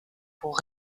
pour